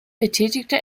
betätigte